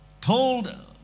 told